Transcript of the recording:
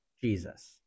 Jesus